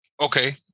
Okay